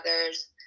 other's